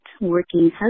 working